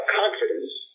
confidence